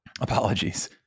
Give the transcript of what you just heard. apologies